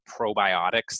probiotics